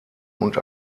und